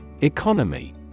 Economy